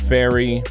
Fairy